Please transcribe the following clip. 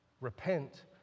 Repent